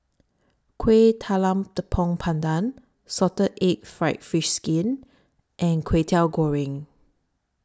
Kueh Talam Tepong Pandan Salted Egg Fried Fish Skin and Kwetiau Goreng